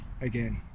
again